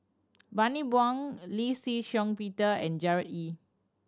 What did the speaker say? Bani Buang Lee Shih Shiong Peter and Gerard Ee